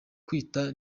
kwitanga